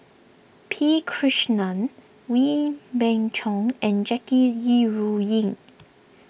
P Krishnan Wee Beng Chong and Jackie Yi Ru Ying